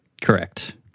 Correct